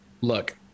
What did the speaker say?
Look